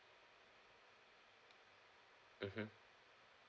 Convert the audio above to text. mmhmm